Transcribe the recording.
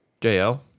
JL